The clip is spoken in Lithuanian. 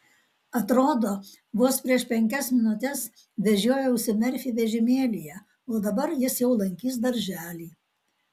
atrodo vos prieš penkias minutes vežiojausi merfį vežimėlyje o dabar jis jau lankys darželį